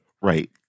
Right